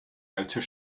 outer